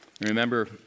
Remember